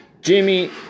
Jimmy